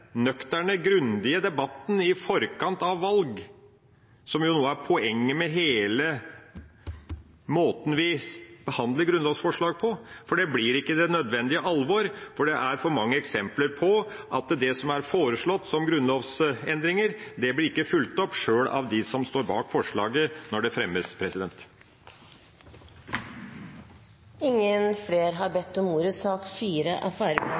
nøkterne grundige debatten i forkant av valg, som jo er noe av poenget med hele måten vi behandler grunnlovsforslag på. Det blir ikke det nødvendige alvor fordi det er for mange eksempler på at det som er foreslått av grunnlovsendringer, ikke blir fulgt opp sjøl av dem som står bak forslaget når det fremmes. Flere har ikke bedt om ordet til sak